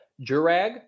Jurag